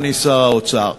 אדוני שר האוצר.